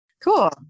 cool